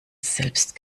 selbst